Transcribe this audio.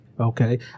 Okay